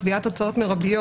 קביעת הוצאות מרביות,